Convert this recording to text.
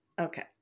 Okay